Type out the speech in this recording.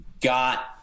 got